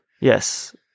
Yes